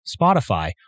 Spotify